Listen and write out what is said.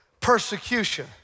persecution